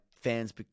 fans